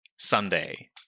Sunday